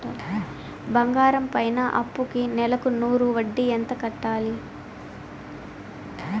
బంగారం పైన అప్పుకి నెలకు నూరు వడ్డీ ఎంత కట్టాలి?